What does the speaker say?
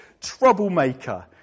troublemaker